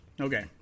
Okay